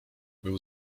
był